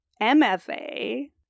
mfa